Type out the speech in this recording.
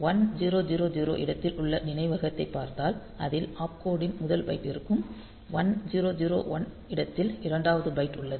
1000 இடத்தில் உள்ள நினைவகத்தைப் பார்த்தால் அதில் ஆப்கோட் ன் முதல் பைட் இருக்கும் 1001 இடத்தில் இரண்டாவது பைட் உள்ளது